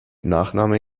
nachname